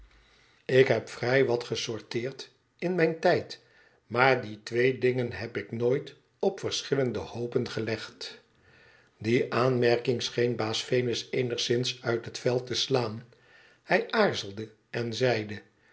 ik heb vrij wat gesorteerd in mijn tijd maar die twee dingen heb ik nooit op verschillende hoopen gelegd die aanmerking scheen baas venus eenigszins uit het veld te slaan hij aarzelde en zeide